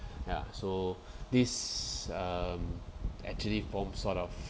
ya so this um actually forms sort of